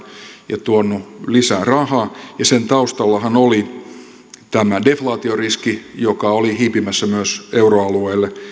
ja tuonut lisää rahaa sen taustallahan oli tämä deflaatioriski joka oli hiipimässä myös euroalueelle